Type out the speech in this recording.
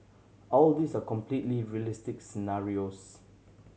all these are completely realistic scenarios